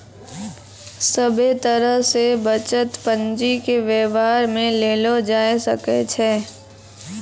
सभे तरह से बचत पंजीके वेवहार मे लेलो जाय सकै छै